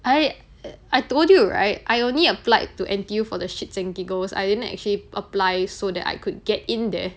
I I told you right I only applied to N_T_U for the shits and giggles I didn't actually apply so that I could get in there